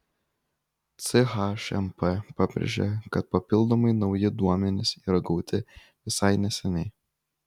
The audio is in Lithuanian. chmp pabrėžė kad papildomai nauji duomenys yra gauti visai neseniai